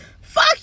fuck